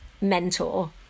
mentor